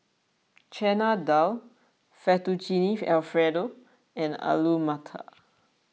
Chana Dal Fettuccine Alfredo and Alu Matar